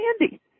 candy